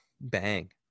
bang